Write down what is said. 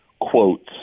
quotes